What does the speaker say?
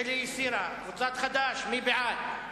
בילסקי, מי בעד?